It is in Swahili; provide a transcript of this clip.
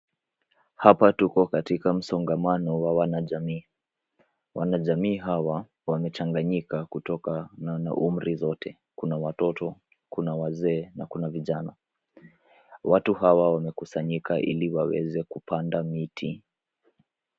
Hapa tuko katika msongamano wa wanajamii. Wanajamii hawa wamechanganyika kutoka na na umri zote. Kuna watoto, kuna wazee na kuna vijana. Watu hawa wamekusanyika ili waweze kupanda miti.